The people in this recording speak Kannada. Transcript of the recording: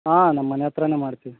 ಹಾಂ ನಮ್ಮ ಮನೆ ಹತ್ರನೇ ಮಾಡ್ತೀವಿ